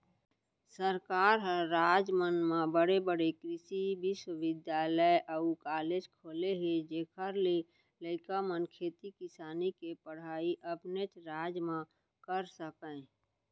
सरकार ह राज मन म बड़े बड़े कृसि बिस्वबिद्यालय अउ कॉलेज खोले हे जेखर ले लइका मन खेती किसानी के पड़हई अपनेच राज म कर सकय